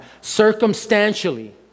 circumstantially